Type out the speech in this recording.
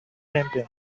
champion